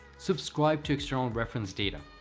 subscribe to external reference data.